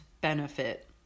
benefit